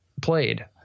played